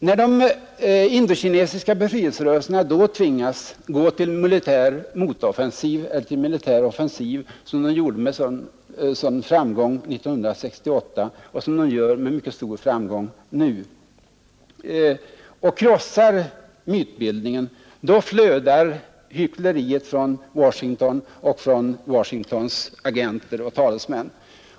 När de indokinesiska befrielserörelserna då tvingas gå till militär offensiv, som de gjorde med sådan framgång 1968 och som de gör med mycket stor framgång nu, och krossar angriparna och mytbildningen, då flödar hyckleriet från Washington och från Washingtons agenter och talesmän.